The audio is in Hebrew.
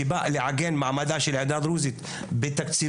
שבאה לעגן מעמדה של העדה הדרוזית בתקציבים,